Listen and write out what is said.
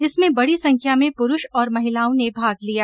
इसमें बड़ी संख्या में पुरूष और महिलाओं ने भाग लिया